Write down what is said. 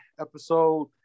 episode